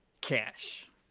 cash